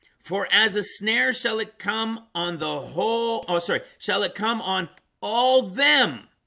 for as a snare shall it come on the whole. oh, sorry, shall it. come on all them